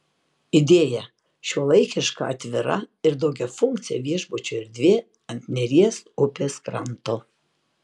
idėja šiuolaikiška atvira ir daugiafunkcė viešbučio erdvė ant neries upės kranto